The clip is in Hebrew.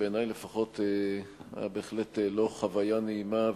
שבעיני לפחות היה בהחלט חוויה לא נעימה,